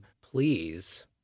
please